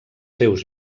seus